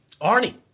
Arnie